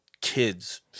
kids